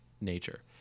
nature